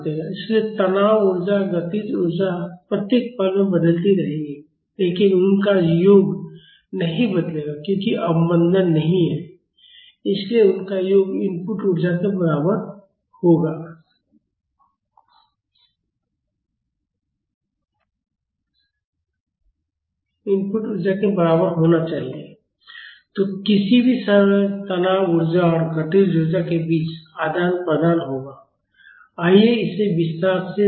इसलिए तनाव ऊर्जा और गतिज ऊर्जा प्रत्येक पल में बदलती रहेंगी लेकिन उनका योग नहीं बदलेगा क्योंकि कोई अवमंदन नहीं है इसलिए उनका योग इनपुट ऊर्जा के बराबर होना चाहिए तो किसी भी समय तनाव ऊर्जा और गतिज ऊर्जा के बीच आदान प्रदान होगा आइए इसे विस्तार से देखें